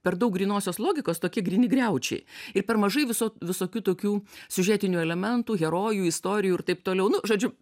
per daug grynosios logikos tokie gryni griaučiai ir per mažai viso visokių tokių sudėtinių elementų herojų istorijų ir taip toliau nu žodžiu